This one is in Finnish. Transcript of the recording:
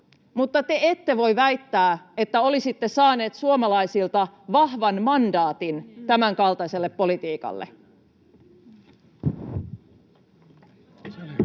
mutta te ette voi väittää, että olisitte saaneet suomalaisilta vahvan mandaatin tämänkaltaiselle politiikalle.